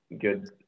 good